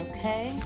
Okay